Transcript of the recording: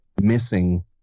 missing